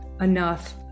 enough